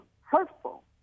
hurtful